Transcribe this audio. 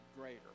greater